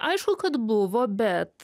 aišku kad buvo bet